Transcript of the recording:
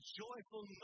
joyful